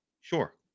Sure